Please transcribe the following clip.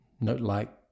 note-like